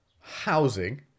housing